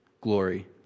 glory